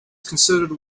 considered